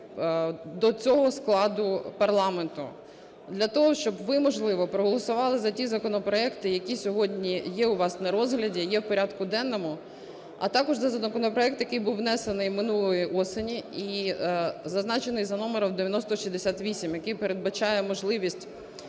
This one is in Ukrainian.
до цього складу парламенту, для того, щоб ви, можливо, проголосували за ті законопроекти, які сьогодні є у вас на розгляді, є в порядку денному, а також за законопроект, який був внесений минулої осені і зазначений за номером 9068, який передбачає можливість